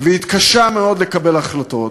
והתקשה מאוד לקבל החלטות,